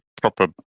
proper